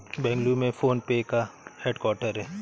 बेंगलुरु में PhonePe का headquarter हैं